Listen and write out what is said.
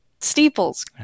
steeples